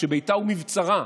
שביתה הוא מבצרה,